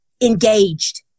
engaged